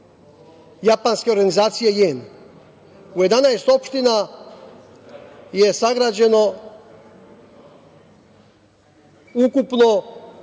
japanske organizacije JEN. U 11 opština je sagrađeno ukupno